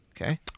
Okay